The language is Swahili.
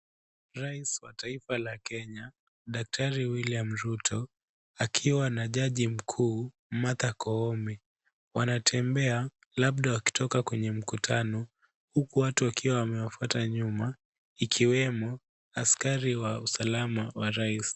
Rais wa taifa la Kenya daktari William Ruto akiwa na jaji mkuu Martha Koome. Wanatembea labda wakitoka kwenye mkutano huku watu wakiwa wamewafuata nyuma, ikiwemo askari wa usalama wa rais.